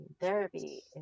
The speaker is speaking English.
therapy